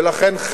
ולכן,